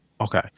Okay